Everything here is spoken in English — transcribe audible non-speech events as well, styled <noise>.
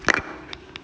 <noise>